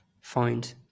find